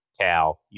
Cal